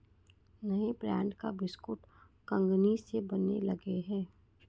नए ब्रांड के बिस्कुट कंगनी से बनने लगे हैं